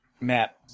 Matt